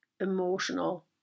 emotional